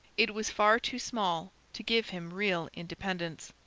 it was far too small to give him real independence.